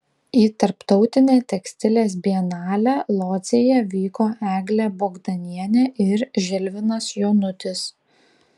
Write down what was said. į tarptautinę tekstilės bienalę lodzėje vyko eglė bogdanienė ir žilvinas jonutis